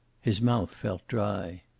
his mouth felt dry.